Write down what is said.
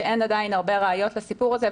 שאין עדיין הרבה ראיות לסיפור הזה,